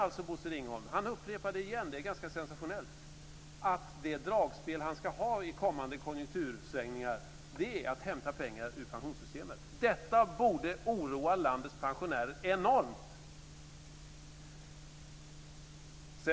Bosse Ringholm upprepar igen, det är ganska sensationellt, att det dragspel han ska ha i kommande konjunktursvängningar är att hämta pengar ur pensionssystemet. Detta borde oroa landets pensionärer enormt.